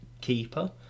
keeper